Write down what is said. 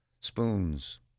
spoons